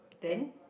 then